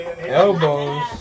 Elbows